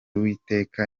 uwiteka